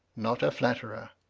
not a flatterer.